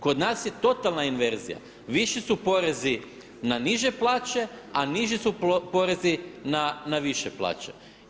Kod nas je totalna inverzija, viši su porezi na niže plaće a niši su porezi na više plaće.